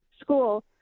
school